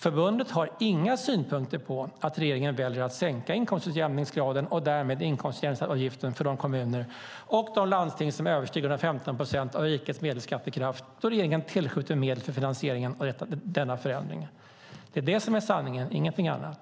Förbundet har inga synpunkter på att regeringen väljer att sänka inkomstutjämningsgraden och därmed inkomstutjämningsavgiften för de kommuner och landsting som överstiger 115 procent av rikets medelskattekraft då regeringen tillskjuter medel för finansieringen och denna förändring. Det är det som är sanningen - ingenting annat.